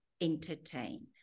entertain